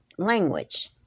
Language